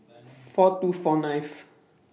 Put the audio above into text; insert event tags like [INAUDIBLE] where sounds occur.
[NOISE] four two four ninth